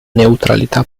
neutralità